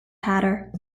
hatter